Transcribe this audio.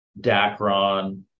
Dacron